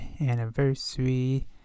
anniversary